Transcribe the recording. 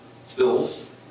spills